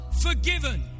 forgiven